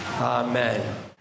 Amen